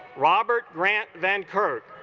robert grant van kurt